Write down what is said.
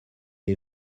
est